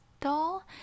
doll